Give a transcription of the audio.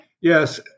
Yes